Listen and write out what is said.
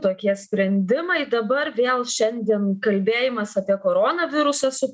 tokie sprendimai dabar vėl šiandien kalbėjimas apie korona virusą su